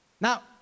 Now